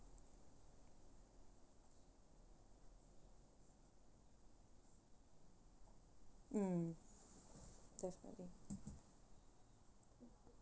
mm definitely